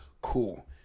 cool